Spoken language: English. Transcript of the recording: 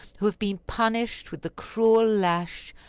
who have been punished with the cruel lash,